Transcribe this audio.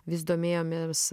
vis domėjomės